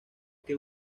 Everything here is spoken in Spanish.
que